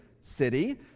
city